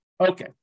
Okay